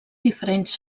diferents